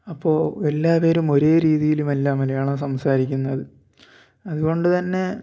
അപ്പോ എല്ലാവരും ഓരേ രീതിയിലുമല്ല മലയാളം സംസാരിക്കുന്നത് അതുകൊണ്ട് തന്നെ